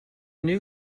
new